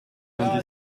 vingt